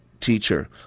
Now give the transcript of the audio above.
Teacher